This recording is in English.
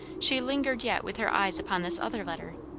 she lingered yet with her eyes upon this other letter.